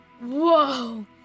Whoa